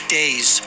days